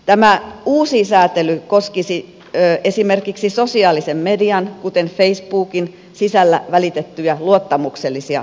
tämä uusi säätely koskisi esimerkiksi sosiaalisen median kuten facebookin sisällä välitettyjä luottamuksellisia viestejä